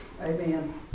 Amen